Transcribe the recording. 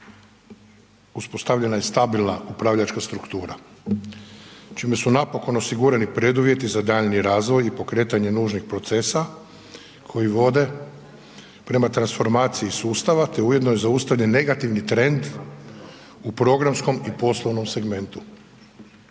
uspostavljena je stabilna upravljačka struktura čime su napokon osigurani preduvjeti za daljnji razvoj i pokretanje nužnih procesa koji vode prema transformaciji sustava, te je ujedno i zaustavljen negativni trend u programskom i poslovnom segmentu.